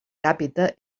càpita